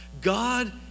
God